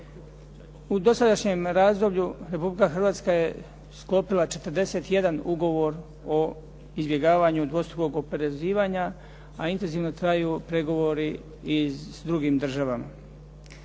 U dosadašnjem razdoblju Republika Hrvatska je sklopila 41 ugovor o izbjegavanju dvostrukog oporezivanja a intenzivno traju pregovori i s drugim državama.